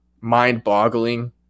mind-boggling